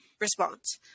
response